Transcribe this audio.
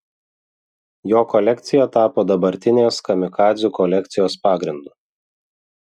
jo kolekcija tapo dabartinės kamikadzių kolekcijos pagrindu